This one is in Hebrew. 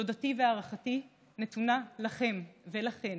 תודתי והערכתי נתונה לכן ולכם,